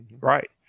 Right